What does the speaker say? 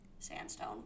Sandstone